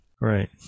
Right